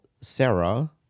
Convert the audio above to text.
Sarah